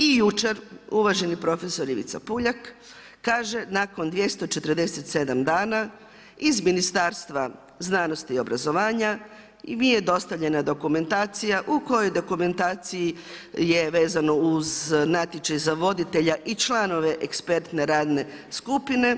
I jučer uvaženi profesor Ivica Puljak kaže nakon 247 dana iz Ministarstva znanosti i obrazovanja mi je dostavljena dokumentacija u kojoj dokumentaciji je vezano uz natječaj za voditelja i članove ekspertne radne skupine.